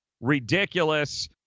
ridiculous